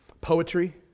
Poetry